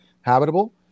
habitable